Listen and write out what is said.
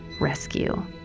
rescue